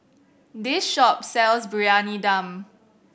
this shop sells Briyani Dum